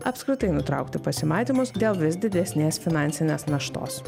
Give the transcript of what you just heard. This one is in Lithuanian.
apskritai nutraukti pasimatymus dėl vis didesnės finansinės naštos